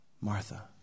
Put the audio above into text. Martha